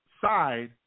side